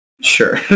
sure